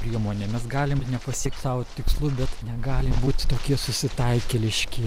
priemonėmis galim ir nepasiekt savo tikslų bet negalim būti tokie susitaikėliški